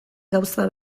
gauza